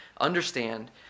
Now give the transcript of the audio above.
understand